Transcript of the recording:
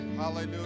Hallelujah